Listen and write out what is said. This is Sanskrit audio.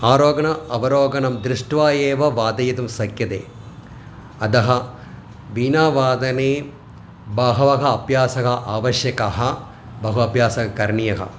आरोहणम् अवरोहणं दृष्ट्वा एव वादयितुं शक्यते अतः वीणावादने बहवः अभ्यासः आवश्यकः बहु अभ्यासः करणीयः